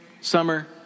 summer